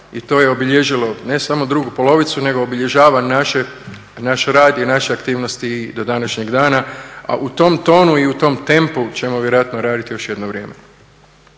i to je obilježilo ne samo drugu polovicu nego obilježava naš rad i naše aktivnosti do današnjeg rada, a u tom tonu i u tom tempu ćemo vjerojatno raditi još jedno vrijeme.